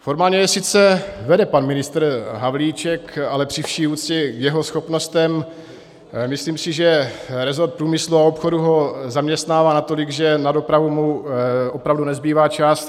Formálně jej sice vede pan ministr Havlíček, ale při vší úctě k jeho schopnostem, myslím si, že resort průmyslu a obchodu ho zaměstnává natolik, že na dopravu mu opravdu nezbývá čas.